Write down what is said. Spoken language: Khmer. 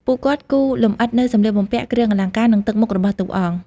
ពួកគាត់គូរលម្អិតនូវ សម្លៀកបំពាក់ គ្រឿងអលង្ការ និងទឹកមុខរបស់តួអង្គ។